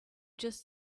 just